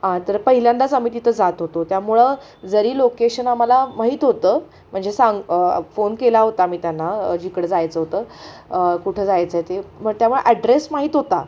आं तर पहिल्यांदाच आम्ही तिथं जात होतो त्यामुळं जरी लोकेशन आम्हाला माहीत होतं म्हणजे सांग फोन केला होता मी त्यांना जिकडं जायचं होतं कुठं जायचं आहे ते मग त्यामुळं ॲड्रेस माहीत होता